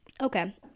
Okay